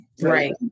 Right